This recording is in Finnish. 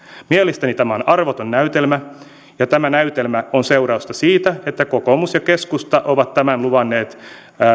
mielestäni tämä on arvoton näytelmä ja tämä näytelmä on seurausta siitä että kokoomus ja keskusta ovat tämän luvanneet